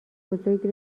بزرگی